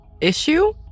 issue